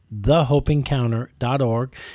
TheHopeEncounter.org